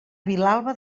vilalba